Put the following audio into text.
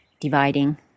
dividing